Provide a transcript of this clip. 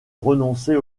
renoncer